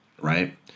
Right